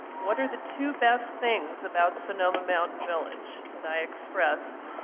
what are the two best things about sonoma mountain village that i expressed?